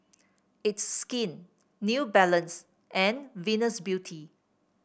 It's Skin New Balance and Venus Beauty